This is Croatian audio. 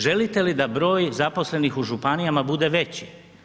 Želite li da broj zaposlenih u županijama bude veći?